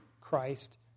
Christ